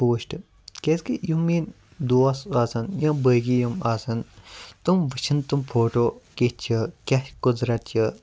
post کیٛازِ کہِ یِم میٛٲنۍ دوس آسان یا بٲقِی یِم آسان تِم وٕچھان تِم فوٹو کِتھ چھِ کیٛاہ قُدرت چھِ